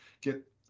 get